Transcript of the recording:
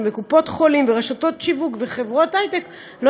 וקופות-חולים ורשתות שיווק וחברות היי-טק לא